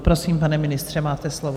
Prosím, pane ministře, máte slovo.